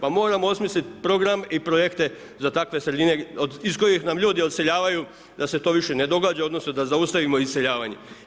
Pa moramo osmislit program i projekte za takve sredine iz kojih nam ljudi odseljavaju, da se to više ne događa, odnosno da zaustavimo iseljavanje.